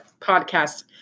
podcast